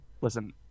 listen